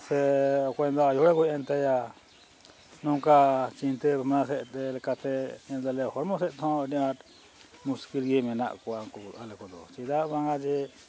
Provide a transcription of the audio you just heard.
ᱥᱮ ᱚᱠᱚᱭ ᱨᱮᱱᱫᱚ ᱟᱭᱳ ᱦᱚᱲᱮ ᱜᱚᱡ ᱮᱱ ᱛᱟᱭᱟ ᱱᱚᱝᱠᱟ ᱪᱤᱱᱛᱟᱹ ᱵᱷᱟᱵᱽᱱᱟ ᱥᱮᱫᱛᱮ ᱦᱚᱲᱢᱚ ᱥᱮᱫ ᱛᱮᱦᱚᱸ ᱟᱹᱰᱤ ᱟᱸᱴ ᱢᱩᱥᱠᱤᱞ ᱜᱮ ᱢᱮᱱᱟᱜ ᱠᱚᱣᱟ ᱩᱱᱠᱩ ᱟᱞᱮ ᱠᱚᱫᱚ ᱪᱮᱫᱟᱜ ᱵᱟᱝᱟ ᱡᱮ